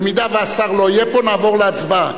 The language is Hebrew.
במידה שהשר לא יהיה פה נעבור להצבעה.